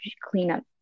cleanup